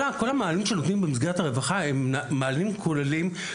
כל המענים שניתנים במסגרת הרווחה הם מענים כוללים.